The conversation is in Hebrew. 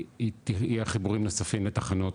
יהיו חיבורים נוספים לתחנות,